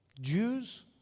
Jews